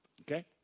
Okay